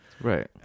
Right